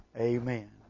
Amen